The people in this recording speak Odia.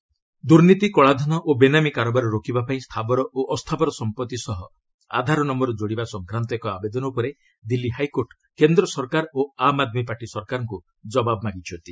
ଡିଏଲ୍ ଏଚ୍ସି ଆଧାର ଦୁର୍ନୀତି କଳାଧନ ଓ ବେନାମୀ କାରବାର ରୋକିବା ପାଇଁ ସ୍ଥାବର ଓ ଅସ୍ଥାବର ସମ୍ପର୍ତ୍ତି ସହ ଆଧାର ନମ୍ଘର ଯୋଡ଼ିବା ସଂକ୍ରାନ୍ତ ଏକ ଆବେଦନ ଉପରେ ଦିଲ୍ଲୀ ହାଇକୋର୍ଟ୍ କେନ୍ଦ୍ର ସରକାର ଓ ଆମ୍ ଆଦମୀ ପାର୍ଟି ସରକାରଙ୍କୁ ଜବାବ ମାଗିଛନ୍ତି